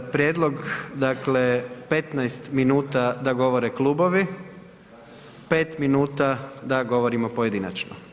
Prijedlog dakle, 15 minuta da govore klubovi, 5 minuta da govorimo pojedinačno.